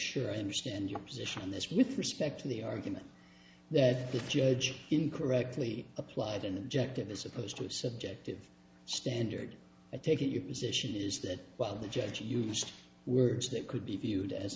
sure i understand your position on this with respect to the argument that the judge in correctly applied an objective as opposed to a subjective standard i take it your position is that while the judge used words that could be viewed as